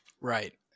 Right